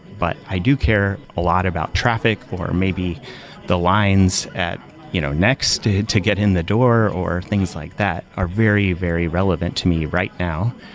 but i do care a lot about traffic, or maybe the lines at you know next to to get in the door, or things like that are very, very relevant to me right now.